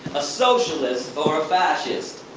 a socialist or a fascist.